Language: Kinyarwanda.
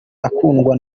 akundwa